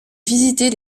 visiter